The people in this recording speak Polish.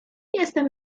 jestem